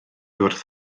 wrth